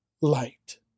light